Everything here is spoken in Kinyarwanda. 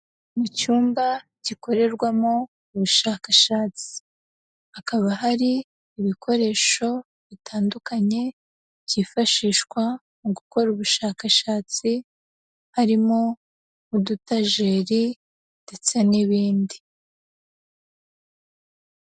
Mu cyumba gikorerwamo ubushakashatsi, hakaba hari ibikoresho bitandukanye byifashishwa mu gukora ubushakashatsi, harimo udutajeri, ndetse n'ibindi.